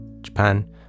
Japan